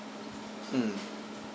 mm